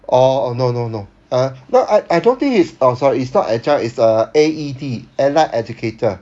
oh no no no uh no uh I don't think he's uh sorry it's not adjunct it's uh A_E_D allied educator